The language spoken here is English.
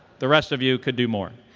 the rest of you could do more.